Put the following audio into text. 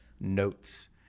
notes